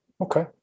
Okay